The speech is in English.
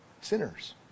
sinners